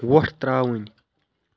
وۄٹھ ترٛاوٕنۍ